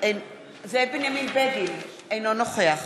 אינו נוכח